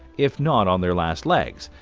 if not on their last legs,